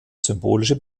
symbolische